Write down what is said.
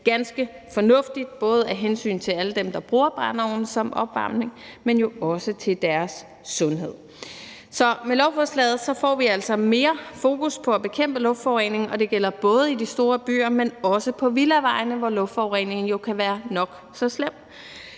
ganske fornuftigt både af hensyn til alle dem, der bruger brændeovne som opvarmning, men også af hensyn til deres sundhed. Med lovforslaget får vi altså mere fokus på at bekæmpe luftforurening, og det gælder både i de store byer, men også på villavejene, hvor luftforureningen jo kan være nok så slem.